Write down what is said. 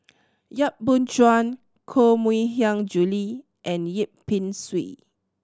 Yap Boon Chuan Koh Mui Hiang Julie and Yip Pin Xiu